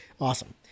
Awesome